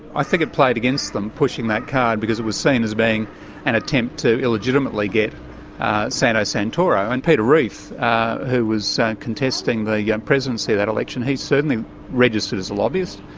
i think it played against them pushing that card because it was seen as being an attempt to illegitimately get santo santoro, and peter reith who was contesting the yeah presidency at that election, he's certainly registered as a lobbyist,